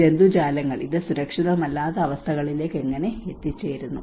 ജന്തുജാലങ്ങൾ ഇത് സുരക്ഷിതമല്ലാത്ത അവസ്ഥകളിലേക്ക് എങ്ങനെ എത്തിച്ചേരുന്നു